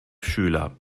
schüler